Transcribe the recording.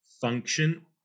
function